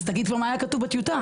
אז תגיד מה היה כתוב בטיוטה.